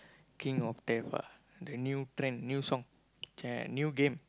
king of death ah the new trend new song new game